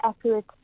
accurate